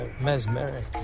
Mesmeric